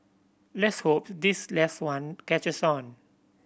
let's hope this last one catches on